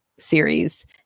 series